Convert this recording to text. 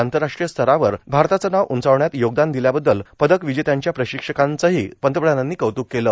आंतरराष्ट्रीय स्तरावर भारताचं नांव उंचावण्यात योगदान र्दिल्याबद्दल पदर्कावजेत्यांच्या प्रांशक्षकांचही पंतप्रधानांनी कौतुक केलं